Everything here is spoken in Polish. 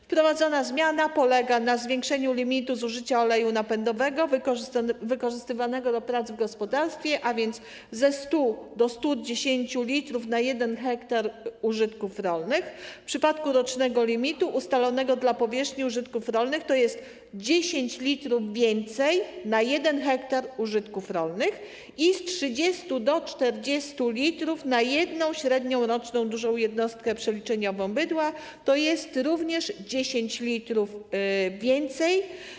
Wprowadzona zmiana polega na zwiększeniu limitu zużycia oleju napędowego wykorzystywanego do prac w gospodarstwie ze 100 do 110 l na 1 ha użytków rolnych - w przypadku rocznego limitu ustalanego dla powierzchni użytków rolnych to jest 10 l więcej na 1 ha użytków rolnych - i z 30 do 40 l na jedną średnią roczną dużą jednostkę przeliczeniową bydła - to jest również 10 l więcej.